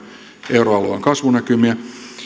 euroalueen kasvunäkymiä